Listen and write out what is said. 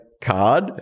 card